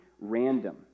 random